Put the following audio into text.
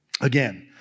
Again